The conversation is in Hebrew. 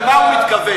למה הוא מתכוון?